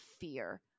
fear